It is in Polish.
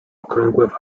okrągłe